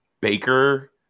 Baker